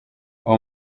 uwo